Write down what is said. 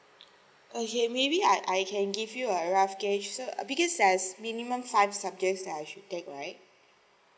okay maybe I I can give you a rough because there's minimum five subjects that I should take right